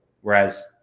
Whereas